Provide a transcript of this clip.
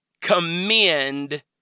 commend